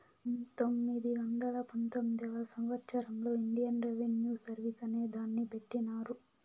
పంతొమ్మిది వందల పంతొమ్మిదివ సంవచ్చరంలో ఇండియన్ రెవిన్యూ సర్వీస్ అనే దాన్ని పెట్టినారు